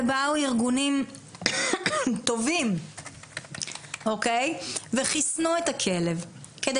ובאו ארגונים טובים וחיסנו את הכלב כדי